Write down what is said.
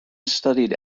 studied